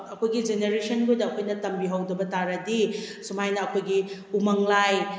ꯑꯩꯈꯣꯏꯒꯤ ꯖꯦꯅꯦꯔꯦꯁꯟꯕꯨꯗꯤ ꯑꯩꯈꯣꯏꯅ ꯇꯝꯕꯤꯍꯧꯗꯕ ꯇꯥꯔꯗꯤ ꯁꯨꯃꯥꯏꯅ ꯑꯩꯈꯣꯏꯒꯤ ꯎꯃꯪ ꯂꯥꯏ